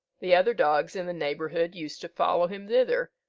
the other dogs in the neighbourhood used to follow him thither,